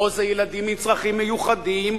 או שזה ילדים עם צרכים מיוחדים,